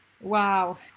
wow